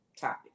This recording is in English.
topic